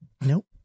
Nope